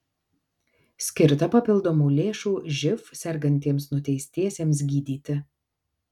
skirta papildomų lėšų živ sergantiems nuteistiesiems gydyti